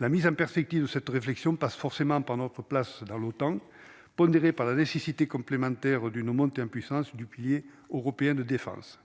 la mise en perspective cette réflexion passe forcément par notre place dans l'OTAN, pondéré par la nécessité complémentaire d'une eau monte impuissance du pilier européen de défense,